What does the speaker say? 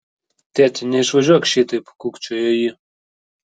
tėti neišvažiuok šitaip kūkčiojo ji